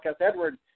Edward